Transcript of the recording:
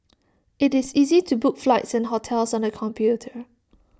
IT is easy to book flights and hotels on the computer